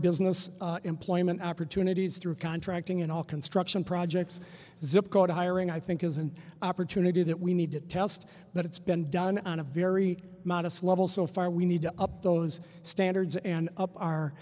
business employment opportunities through contracting and all construction projects zip code hiring i think is an opportunity that we need to test that it's been done on a very modest level so far we need to up those standards and up our